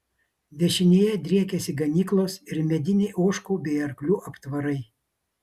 dešinėje driekėsi ganyklos ir mediniai ožkų bei arklių aptvarai